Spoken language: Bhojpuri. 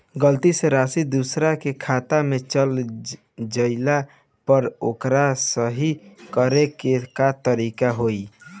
गलती से राशि दूसर के खाता में चल जइला पर ओके सहीक्ष करे के का तरीका होई?